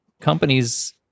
companies